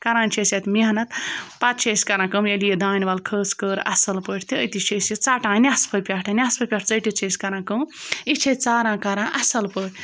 کَران چھِ أسۍ اَتھ محنت پَتہٕ چھِ أسۍ کَران کٲم ییٚلہِ یہِ دانہِ وَل کھٔژ کٔر اَصٕل پٲٹھۍ تہٕ أتی چھِ أسۍ یہِ ژَٹان یہِ نٮ۪صبہٕ پٮ۪ٹھ نٮ۪صبہٕ پٮ۪ٹھ ژٔٹِتھ چھِ أسۍ کَران کٲم یہِ چھِ أسۍ ژاران کَران اصٕل پٲٹھۍ